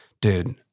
dude